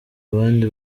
abandi